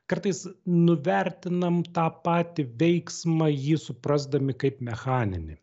kartais nuvertinam tą patį veiksmą jį suprasdami kaip mechaninį